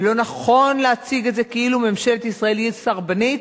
ולא נכון להציג את זה שכאילו ממשלת ישראל היא סרבנית,